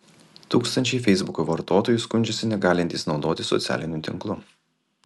tūkstančiai feisbuko vartotojų skundžiasi negalintys naudotis socialiniu tinklu